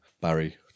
Barry